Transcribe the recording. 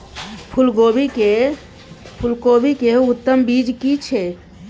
फूलकोबी के उत्तम बीज की छै?